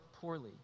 poorly